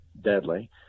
deadly